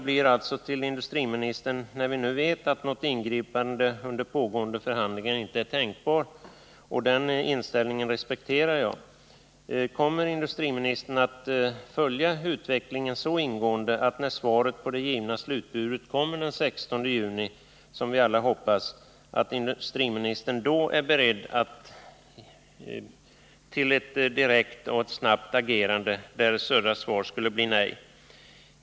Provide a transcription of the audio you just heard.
Vi vet nu att något ingripande under pågående förhandlingar inte är tänkbart, och den inställningen respekterar jag. Men jag skulle vilja fråga industriministern: Kommer industriministern ändå att följa utvecklingen så ingående att han, när svaret på det givna slutbudet lämnas den 16 juni, vilket vi alla hoppas, då är beredd till ett direkt och snabbt agerande, därest Södra Skogsägarnas svar skulle bli ett nej?